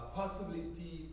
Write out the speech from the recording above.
possibility